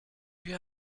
you